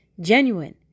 genuine